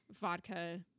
vodka